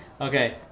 Okay